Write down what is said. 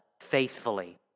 faithfully